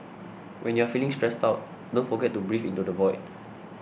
when you are feeling stressed out don't forget to breathe into the void